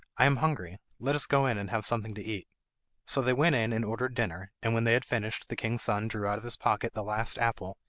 i am hungry let us go in and have something to eat so they went in and ordered dinner, and when they had finished the king's son drew out of his pocket the last apple,